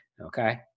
okay